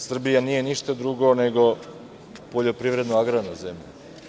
Srbija nije ništa drugo nego poljoprivredno-agrarna zemlja.